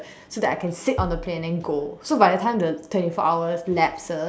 so that I can sit on the plane and then go so by the time the twenty four hours lapses